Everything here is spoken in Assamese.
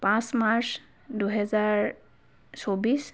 পাঁচ মাৰ্চ দুহেজাৰ চৌব্বিছ